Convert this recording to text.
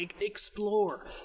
explore